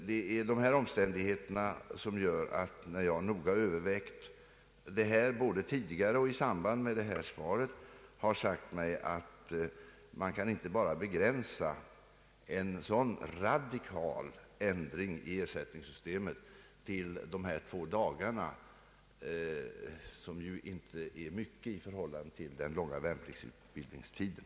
Dessa omständigheter har gjort att jag, när jag noga övervägt problemet både tidigare och i samband med detta svar, har sagt mig att man inte kan begränsa en sådan radikal ändring av ersättningssystemet till dessa två dagar. Det är en mycket kort tid i förhållande till den långa värnpliktsutbildningstiden.